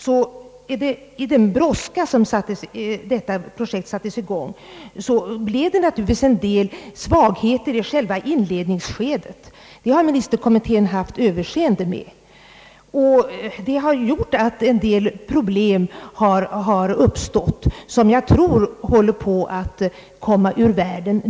I den brådska som rådde vid starten blev det därför helt naturligt vissa svagheter i själva inledningsskedet; och detta har ministerkommittén haft överseende med, men det har lett till en del problem som jag tror nu håller på att komma ur världen.